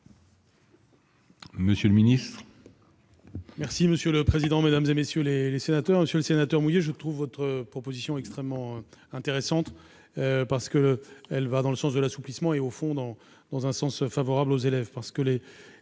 Monsieur le ministre,